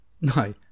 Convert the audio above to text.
No